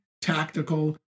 tactical